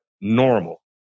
normal